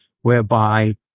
whereby